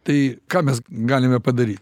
tai ką mes galime padaryt